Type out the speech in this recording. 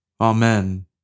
Amen